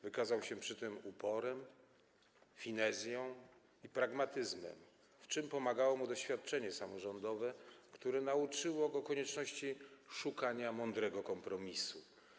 Wykazał się przy tym uporem, finezją i pragmatyzmem, w czym pomogło mu doświadczenie samorządowe, które nauczyło go konieczności szukania mądrego kompromisu.